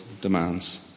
demands